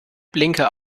blinker